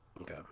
Okay